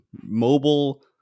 mobile